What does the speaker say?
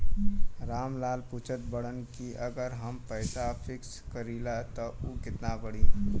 राम लाल पूछत बड़न की अगर हम पैसा फिक्स करीला त ऊ कितना बड़ी?